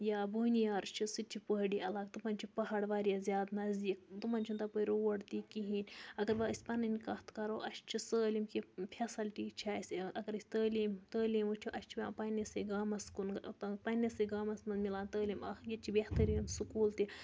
یا بونِیار چھُ سُہ تہِ چھُ پہٲڑی علاقہٕ تِمَن چھِ پہاڑ واریاہ زیادٕ نَزدیٖک تِمَن چھُنہٕ تَپٲرۍ روڈ تہِ کِہیٖنۍ اَگر وۄنۍ أسۍ پَنٕنۍ کَتھ کَرو اَسہِ چھِ سٲلِم کینٛہہ فیسَلٹی چھےٚ اَسہِ اَگر أسۍ تٲلیٖم تٲلیٖم وٕچھو اَسہِ چھِ پٮ۪وان پنٛنِسٕے گامَس کُن پنٛنِسٕے گامَس مَنٛز مِلان تٲلیٖم اَکھ ییٚتہِ چھِ بہتریٖن سکوٗل تہِ